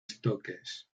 stokes